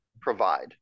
provide